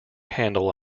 handle